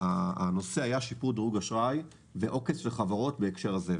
הנושא היה שיפור דירוג אשראי ועוקץ על ידי חברות בהקשר הזה.